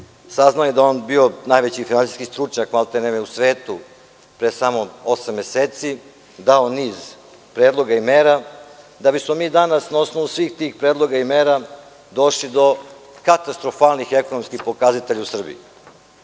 da je on bio najveći finansijski stručnjak maltene u svetu pre samo osam meseci, dao niz predloga i mera, da bismo mi danas na osnovu svih tih predloga i mera došli do katastrofalnih ekonomskih pokazatelja u Srbiji. Daću